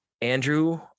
Andrew